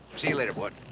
see you later, boys.